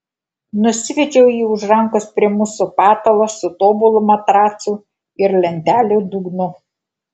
nusivedžiau jį už rankos prie mūsų patalo su tobulu matracu ir lentelių dugnu